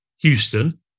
Houston